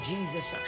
Jesus